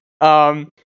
Um-